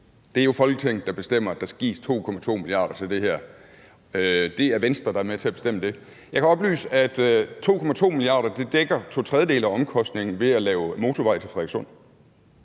Det er jo Folketinget, der bestemmer, at der skal gives de 2,2 mia. kr. til det her; det er Venstre, der er med til at bestemme det. Jeg kan oplyse, at 2,2 mia. kr. dækker to tredjedele af omkostningen ved at lave motorvej til Frederikssund.